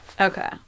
okay